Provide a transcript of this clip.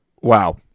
Wow